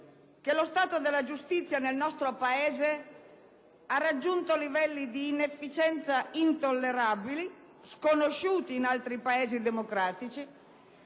che lo stato della giustizia nel nostro Paese ha raggiunto livelli di inefficienza intollerabili, sconosciuti in altri Paesi democratici,